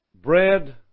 bread